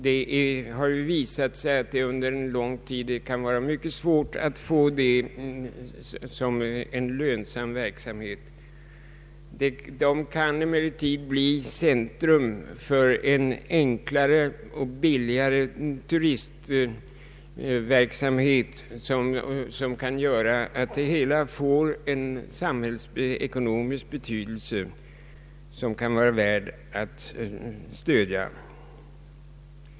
Det har dock visat sig att det under lång tid kan vara mycket svårt att få en sådan verksamhet lönsam. Sådana anläggningar kan dock bli centrum för en enklare och mindre kostsam turistverksamhet vilket kan få en samhällsekonomisk betydelse som är värd att stödja.